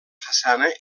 façana